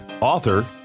author